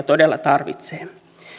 todella tarvitsee